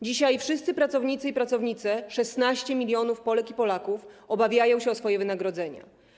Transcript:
Dzisiaj wszyscy pracownicy i pracownice, 16 mln Polek i Polaków, obawiają się o swoje wynagrodzenia.